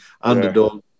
underdog